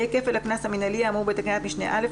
יהיה כפל הקנס המינהלי האמור בתקנת משנה (א),